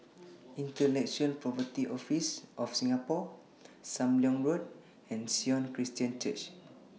Intellectual Property Office of Singapore SAM Leong Road and Sion Christian Church